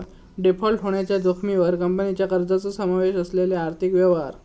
default होण्याच्या जोखमीवर कंपनीच्या कर्जाचो समावेश असलेले आर्थिक व्यवहार